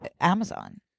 Amazon